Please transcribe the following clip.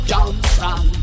Johnson